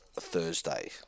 Thursday